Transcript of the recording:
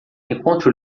encontre